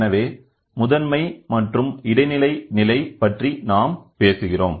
எனவே முதன்மை மற்றும் இடைநிலை நிலை பற்றி நாம் பேசுகிறோம்